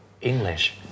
English